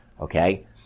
Okay